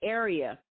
area